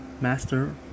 master